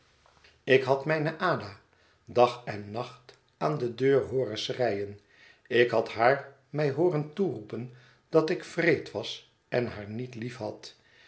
ik had mijne ada dag en nacht aan de deur hooren schreien ik had haar mij hooren toeroepen dat ik wreed was en haar niet liefhad